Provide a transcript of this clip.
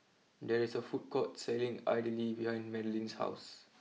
there is a food court selling Idly behind Madlyn's house